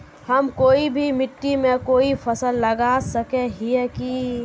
हम कोई भी मिट्टी में कोई फसल लगा सके हिये की?